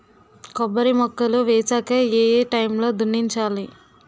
కొబ్బరి మొక్కలు వేసాక ఏ ఏ టైమ్ లో దున్నించాలి?